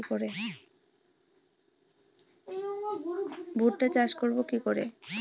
ভুট্টা চাষ করব কি করে?